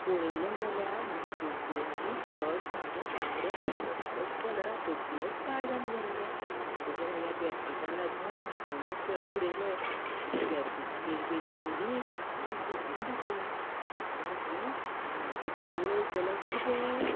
पळयलें जाल्यार म्हजी सग दोनूय शर्ट सामके तांबडे आनी कसलोच कलर सगलेच पाड जावन गेल्ले आरे देवा ह्या बेडशिटांक लागून हांयेन दोन शर्ट उडयले आनी बेडशीटां बेगी बेगी धुलीं आनी सुकूंक घातलीं सुकूंक घातलीं आनी मागीर पळयत जाल्यार कितें